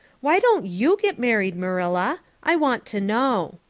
why don't you get married, marilla? i want to know.